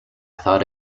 thought